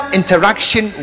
interaction